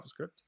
JavaScript